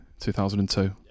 2002